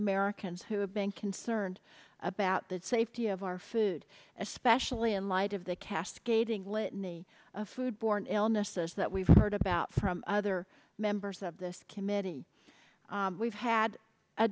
americans who have been concerned about the safety of our food especially in light of the cascading litany of food borne illnesses that we've heard about from other members of this committee we've had a